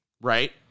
Right